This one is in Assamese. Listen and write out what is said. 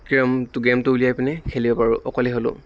কেৰমটো গেমটো উলিয়াই পিনি খেলিব পাৰোঁ অকলে হ'লেও